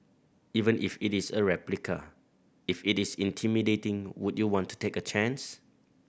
even if it is a replica if it is intimidating would you want to take a chance